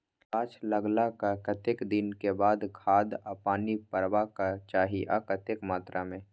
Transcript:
गाछ लागलाक कतेक दिन के बाद खाद आ पानी परबाक चाही आ कतेक मात्रा मे?